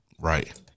Right